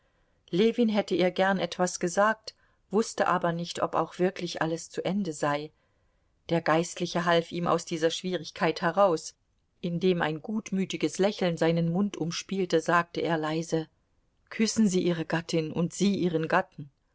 ljewin hätte ihr gern etwas gesagt wußte aber nicht ob auch wirklich alles zu ende sei der geistliche half ihm aus dieser schwierigkeit heraus indem ein gutmütiges lächeln seinen mund umspielte sagte er leise küssen sie ihre gattin und sie ihren gatten